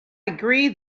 agree